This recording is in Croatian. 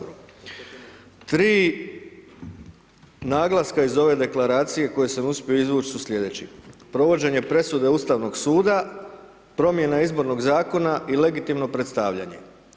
Tri naglaska iz ove Deklaracije koje sam uspio izvući su slijedeći, provođenje presude Ustavnog suda, promjena izbornog Zakona i legitimno predstavljanje.